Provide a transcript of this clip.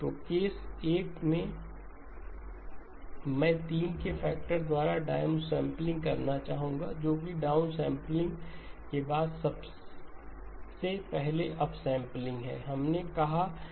तो केस एक मैं 3 के फैक्टर द्वारा डाउनसम्पलिंग करना चाहूंगा जो कि डाउनसम्पलिंग के बाद सबसे पहले अपसम्पलिंग है